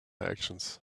actions